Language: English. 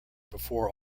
before